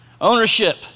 Ownership